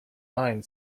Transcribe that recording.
line